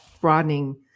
broadening